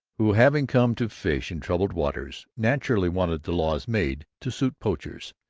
who, having come to fish in troubled waters, naturally wanted the laws made to suit poachers.